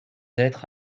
être